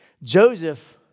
Joseph